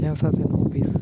office